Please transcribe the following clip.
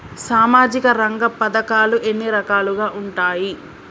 సామాజిక రంగ పథకాలు ఎన్ని రకాలుగా ఉంటాయి?